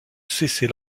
cesser